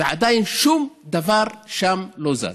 ועדיין שום דבר שם לא זז.